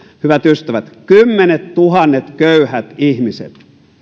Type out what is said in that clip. hyvät ystävät kymmenettuhannet köyhät ihmiset